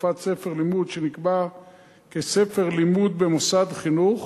החלפת ספר לימוד שנקבע כספר לימוד במוסד חינוך,